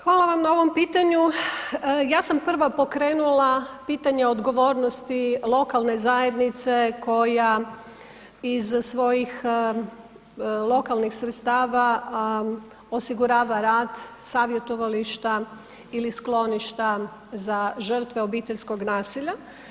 Hvala vam na ovom pitanju, ja sam prva pokrenula pitanje odgovornosti lokalne zajednice koja iz svojih lokalnih sredstava osigurava rad savjetovališta ili skloništa za žrtve obiteljskog nasilja.